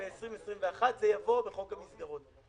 ועוד כ-40 ב-2021, זה יבוא בחוק המסגרות.